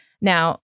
Now